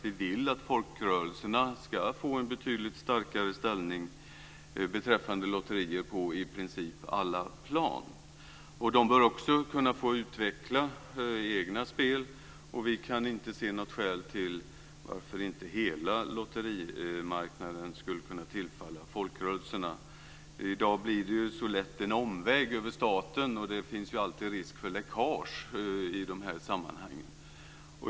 Vi vill att folkrörelserna ska få en betydligt starkare ställning beträffande lotterier på i princip alla plan. De bör också kunna få utveckla egna spel. Vi kan inte se något skäl till varför inte hela lotterimarknaden skulle kunna tillfalla folkrörelserna. I dag blir det så lätt en omväg över staten, och det finns ju alltid risk för läckage i de här sammanhangen.